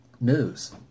news